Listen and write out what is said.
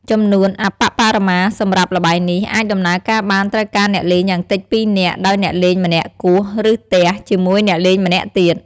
ចំនួនអប្បបរមាសម្រាប់ល្បែងនេះអាចដំណើរការបានត្រូវការអ្នកលេងយ៉ាងតិច ២ នាក់ ដោយអ្នកលេងម្នាក់គោះ ឬទះជាមួយអ្នកលេងម្នាក់ទៀត។